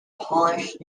polish